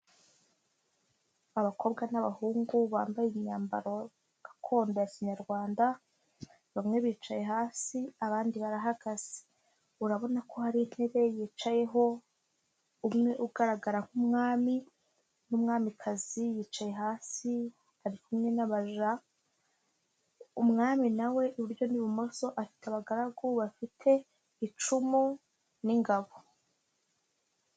Abakobwa n'abahungu bambaye imyambaro gakondo ya Kinyarwanda, bamwe bicaye hasi abandi barahagaze, urabona ko hari intebe yicayeho umwe ugaragara nk'umwami n'umwamikazi yicaye hasi ari kumwe n'abaja, umwami na we iburyo n'ibumoso afite abagaragu bafite icumu n'ingabo.